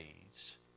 days